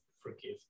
forgive